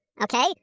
Okay